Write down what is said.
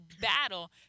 battle